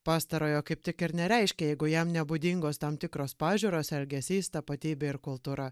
pastarojo kaip tik ir nereiškia jeigu jam nebūdingos tam tikros pažiūros elgesys tapatybė ir kultūra